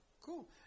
Cool